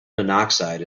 monoxide